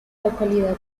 localidad